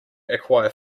acquire